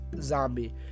zombie